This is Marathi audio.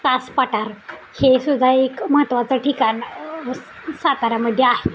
कासपठार हे सुद्धा एक महत्त्वाचं ठिकाण सातारामध्ये आहे